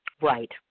Right